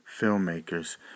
filmmakers